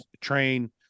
train